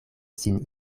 sin